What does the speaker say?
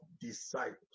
disciples